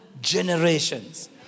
generations